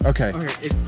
Okay